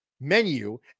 menu